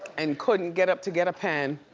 and couldn't get up to get a pen